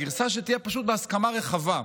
גרסה שתהיה פשוט בהסכמה רחבה.